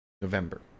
November